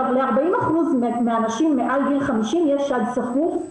ל-40% נשים מהנשים מעל גיל 50 יש שד סחוף,